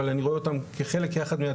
אבל אני רואה אותם כחלק מהתהליך.